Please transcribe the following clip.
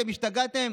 אתם השתגעתם?